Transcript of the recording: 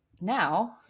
now